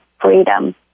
freedom